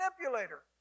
manipulator